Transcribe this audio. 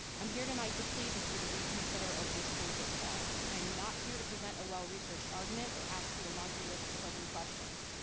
i'm here tonight to plead with you to reconsider opening schools this fall. i am not here to present a well-researched argument or ask you a laundry list of probing questions.